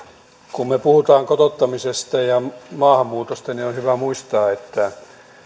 kun me puhumme kotouttamisesta ja maahanmuutosta niin on hyvä muistaa että